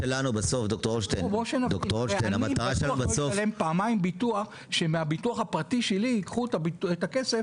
אני בטוח לא ישלם פעמיים ביטוח שמהביטוח הפרטי שלי ייקחו את הכסף